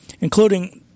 including